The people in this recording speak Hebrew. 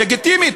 לגיטימית,